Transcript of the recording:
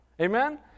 amen